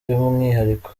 y’umwihariko